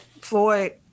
Floyd